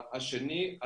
הדבר השני,